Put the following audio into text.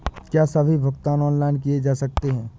क्या सभी भुगतान ऑनलाइन किए जा सकते हैं?